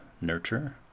nurture